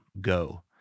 go